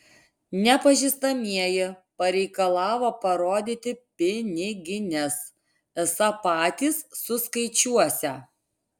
nepažįstamieji pareikalavo parodyti pinigines esą patys suskaičiuosią